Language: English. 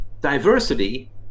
diversity